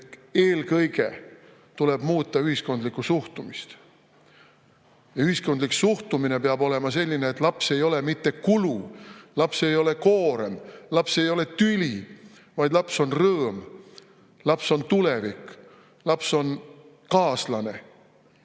eelkõige tuleb muuta ühiskondlikku suhtumist. Ühiskondlik suhtumine peab olema selline, et laps ei ole mitte kulu, laps ei ole koorem, laps ei ole tüli, vaid laps on rõõm, laps on tulevik, laps on kaaslane.